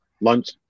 lunch